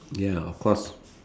ya of course